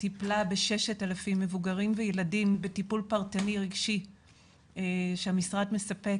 טיפל ב-6,000 מבוגרים וילדים בטיפול פרטני רגשי שהמשרד מספק,